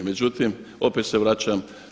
Međutim, opet se vraćam.